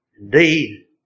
Indeed